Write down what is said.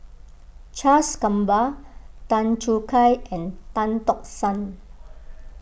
Charles Gamba Tan Choo Kai and Tan Tock San